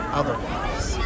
otherwise